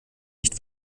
nicht